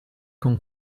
con